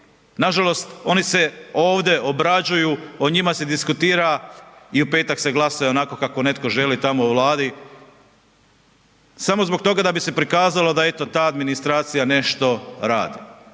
Nažalost, oni se ovdje obrađuju, o njima se diskutira i u peta se glasuje onako kako netko želi tamo u Vladi samo zbog toga da bi se prikazalo da eto ta administracija nešto radi.